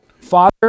Father